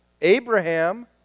Abraham